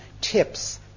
tips